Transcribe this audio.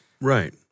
Right